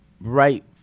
right